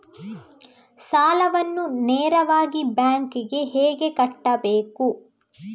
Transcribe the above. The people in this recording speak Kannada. ಸಾಲವನ್ನು ನೇರವಾಗಿ ಬ್ಯಾಂಕ್ ಗೆ ಹೇಗೆ ಕಟ್ಟಬೇಕು?